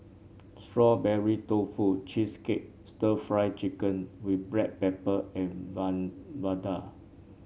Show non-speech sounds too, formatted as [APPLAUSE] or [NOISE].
Strawberry Tofu Cheesecake stir Fry Chicken with Black Pepper and [UNINTELLIGIBLE] vadai